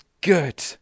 good